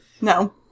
No